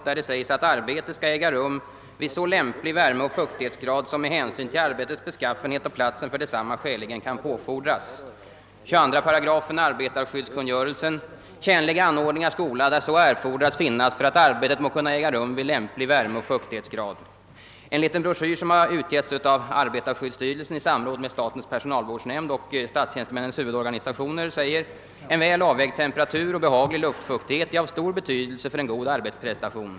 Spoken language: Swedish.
Där står det: »Arbetet skall äga rum vid så lämplig värmeoch fuktighetsgrad, som med hänsyn till arbetets beskaffenhet och platsen för detsamma skäligen kan påfordras.» I 22 8 arbetarskyddskungörelsen står det: »Tjänliga anordningar skola, där så erfordras, finnas för att arbetet må kunna äga rum vid lämplig värmeoch fuktighetsgrad.» I en liten broschyr utgiven av arbetarskyddsstyrelsen i samråd med statens personalvårdsnämnd och siatstjänstemännens huvudorganisationer står det: »En väl avvägd temperatur och behaglig luftfuktighet är av stor betydelse för en god arbetsprestation.